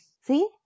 See